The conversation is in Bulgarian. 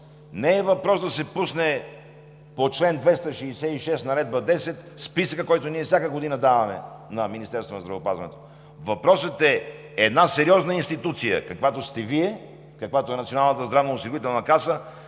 не е въпрос да се пусне по чл. 266, Наредба № 10 списъкът, който ние всяка година даваме на Министерството на здравеопазването. Въпросът е една сериозна институция, каквато сте Вие, каквато е Националната здравноосигурителна каса,